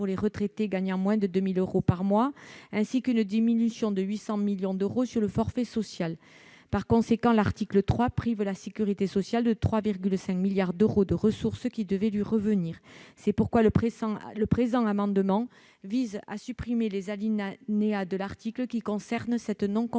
les retraités gagnant moins de 2 000 euros par mois et une diminution de 800 millions d'euros sur le forfait social. Par conséquent, l'article 3 prive la sécurité sociale de 3,5 milliards d'euros de ressources qui devaient lui revenir. Le présent amendement vise donc à supprimer les alinéas de l'article relatifs à cette non-compensation.